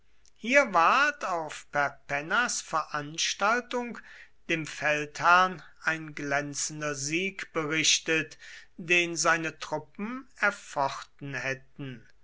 hier ward auf perpennas veranstaltung dem feldherrn ein glänzender sieg berichtet den seine truppen erfochten hätten